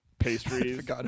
Pastries